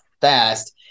fast